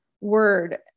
word